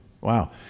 Wow